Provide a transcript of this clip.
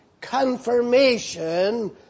confirmation